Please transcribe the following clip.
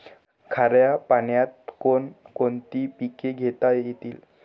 खाऱ्या पाण्यात कोण कोणती पिके घेता येतील?